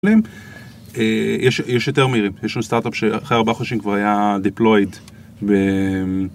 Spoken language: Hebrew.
יש יותר מהירים, יש לנו סטארט-אפ שאחרי 4 חודשים כבר היה דיפלוייט